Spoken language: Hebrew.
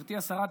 גברתי השרה,